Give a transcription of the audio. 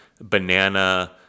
banana